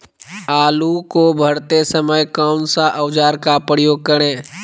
आलू को भरते समय कौन सा औजार का प्रयोग करें?